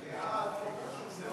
סעיפים